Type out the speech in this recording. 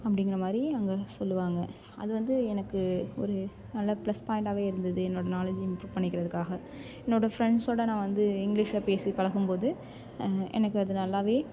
அப்படிங்கிற மாரி அங்கே சொல்லுவாங்க அது வந்து எனக்கு ஒரு நல்ல ப்ளஸ் பாய்ண்ட்டாவே இருந்தது என்னோடய நாலேஜ் இம்ப்ரூவ் பண்ணிக்கிறதுக்காக என்னோடய ஃப்ரெண்ட்ஸோடய நான் வந்து இங்கிலிஷில் பேசிப் பழகும் போது எனக்கு அது நல்லாவே